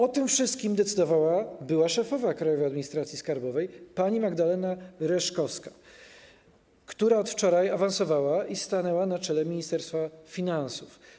O tym wszystkim decydowała była szefowa Krajowej Administracji Skarbowej pani Magdalena Reszkowska, która od wczoraj awansowała i stanęła na czele Ministerstwa Finansów.